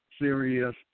serious